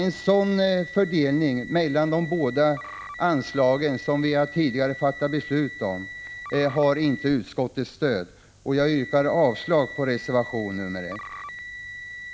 En sådan omfördelning mellan de båda anslagen har inte utskottets stöd. Jag yrkar avslag på reservation 1.